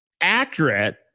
accurate